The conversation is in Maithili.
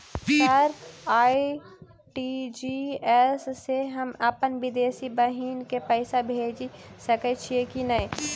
सर आर.टी.जी.एस सँ हम अप्पन विदेशी बहिन केँ पैसा भेजि सकै छियै की नै?